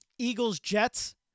Eagles-Jets